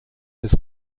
des